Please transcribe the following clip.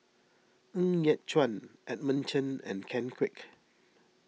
Ng Yat Chuan Edmund Chen and Ken Kwek